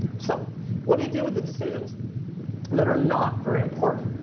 so what do you do with the decisions that are not very important,